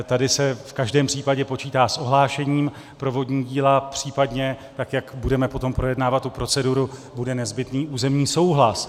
Tady se v každém případě počítá s ohlášením pro vodní díla, případně, tak jak budeme potom projednávat tu proceduru, bude nezbytný územní souhlas.